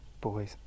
Boys